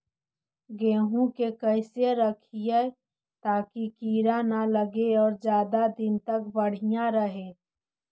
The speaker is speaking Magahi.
गेहुआ के कैसे रखिये ताकी कीड़ा न लगै और ज्यादा दिन तक बढ़िया रहै?